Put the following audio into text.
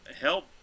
help